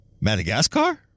Madagascar